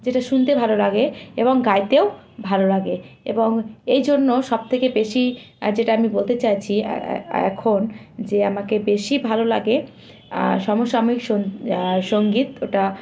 যেটা শুনতে ভালো লাগে এবং গাইতেও ভালো লাগে এবং এই জন্য সবথেকে বেশি যেটা আমি বলতে চাইছি এখন যে আমাকে বেশি ভালো লাগে সমসাময়িক সং সঙ্গীত ওটা